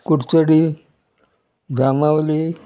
Kudchadi Jambavali